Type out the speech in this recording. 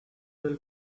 del